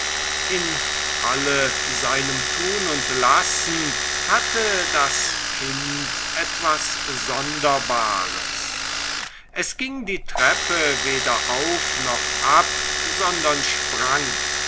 in alle seinem tun und lassen hatte das kind etwas sonderbares es ging die treppe weder auf noch ab sondern sprang